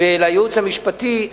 ולייעוץ המשפטי.